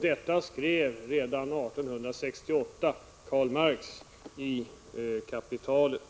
Därom skrev redan 1868 Karl Marx i Kapitalet.